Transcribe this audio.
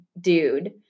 dude